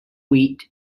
wheat